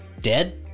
Dead